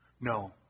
No